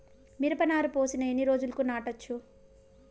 మిరప నారు పోసిన ఎన్ని రోజులకు నాటచ్చు?